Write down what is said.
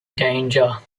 danger